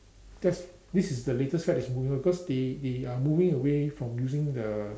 there's this is the latest fad that's moving on because they they are moving away from using the